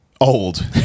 old